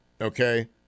okay